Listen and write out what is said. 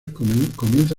comienza